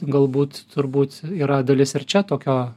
galbūt turbūt yra dalis ir čia tokio